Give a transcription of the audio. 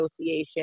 Association